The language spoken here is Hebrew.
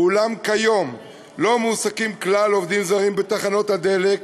אולם כיום לא מועסקים כלל עובדים זרים בתחנות הדלק,